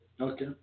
Okay